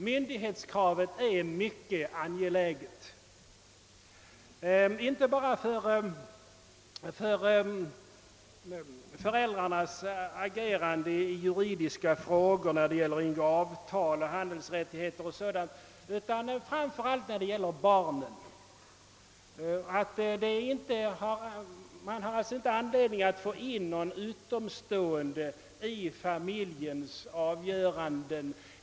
Myndighetskravet är mycket angeläget inte bara för makarnas juridiska agerande när det gäller att ingåavtal, skaffa handelsrättigheter och sådant, utan framför allt när det gäller barnen. Är ena parten myndig finns ingen anledning att dra in någon utomstående i familjens avgöranden.